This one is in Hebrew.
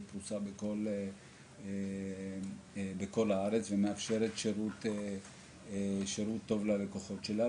פרוסה בכל הארץ ומאפשרת שירות טוב ללקוחות שלה,